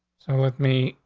so with me,